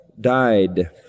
died